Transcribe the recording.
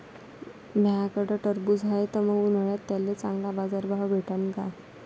माह्याकडं टरबूज हाये त मंग उन्हाळ्यात त्याले चांगला बाजार भाव भेटन का?